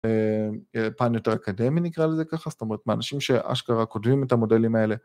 פן יותר אקדמי נקרא לזה ככה, זאת אומרת מאנשים שאשכרה כותבים את המודלים האלה.